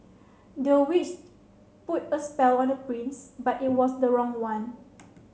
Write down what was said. the witch put a spell on the prince but it was the wrong one